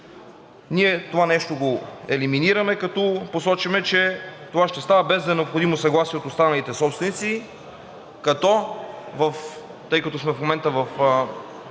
Това нещо ние го елиминираме, като посочваме, че това ще става, без да е необходимо съгласие от останалите собственици. Тъй като в момента сме